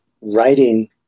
writing